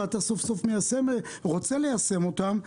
ואתה סוף-סוף רוצה ליישם אותם.